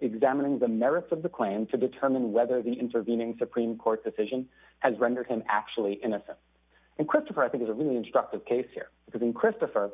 examining the merits of the claim to determine whether the intervening supreme court decision has rendered him actually innocent and christopher i think is a really instructive case here because in christopher